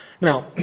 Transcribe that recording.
Now